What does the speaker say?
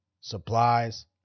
Supplies